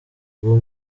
rwo